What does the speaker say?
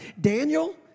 Daniel